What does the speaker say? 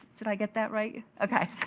did i get that right? okay.